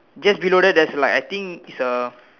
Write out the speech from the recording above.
just below that there's like I think is a